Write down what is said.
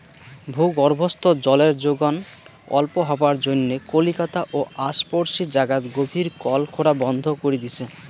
ভূগর্ভস্থ জলের যোগন অল্প হবার জইন্যে কলিকাতা ও আশপরশী জাগাত গভীর কল খোরা বন্ধ করি দিচে